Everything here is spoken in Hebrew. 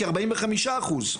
כארבעים וחמישה אחוז.